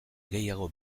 gehiago